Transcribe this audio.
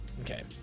okay